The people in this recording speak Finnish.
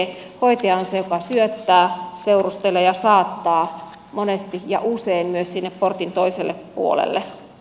hoitaja on se joka syöttää seurustelee ja saattaa monesti ja usein myös sinne portin toiselle puolelle